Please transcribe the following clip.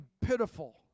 pitiful